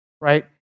right